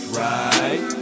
right